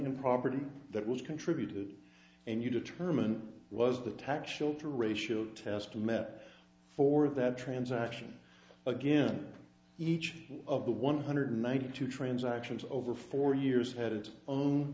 in property that was contributed and you determine was the tax shelter ratio test met for that transaction again each of the one hundred ninety two transactions over four years had its own